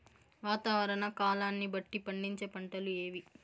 వాతావరణ కాలాన్ని బట్టి పండించే పంటలు ఏవి?